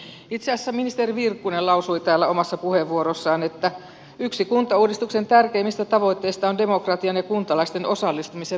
itse asiassa ministeri virkkunen lausui täällä omassa puheenvuorossaan että yksi kuntauudistuksen tärkeimmistä tavoitteista on demokratian ja kuntalaisten osallistumisen vahvistaminen